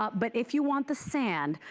but if you want the sand,